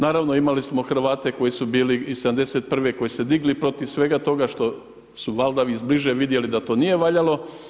Naravno imali smo Hrvate koji su bili i 71. koji su se digli protiv svega toga što su valjda iz bliže vidjeli da to nije valjalo.